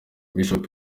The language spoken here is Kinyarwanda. bishop